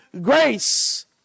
grace